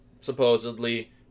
supposedly